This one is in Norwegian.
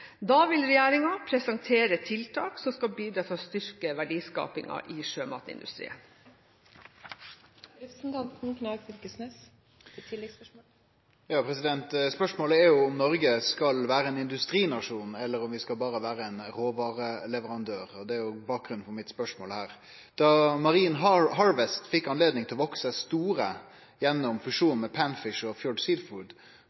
Da vil regjeringen presentere tiltak som skal bidra til å styrke verdiskapingen i sjømatindustrien. Spørsmålet er om Noreg skal vere ein industrinasjon eller berre vere ein råvareleverandør. Det er bakgrunnen for mitt spørsmål her. Da Marine Harvest fekk anledning til å vekse seg store gjennom